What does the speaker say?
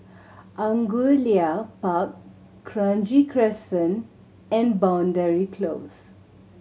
Angullia Park Kranji Crescent and Boundary Close